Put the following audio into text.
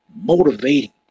motivating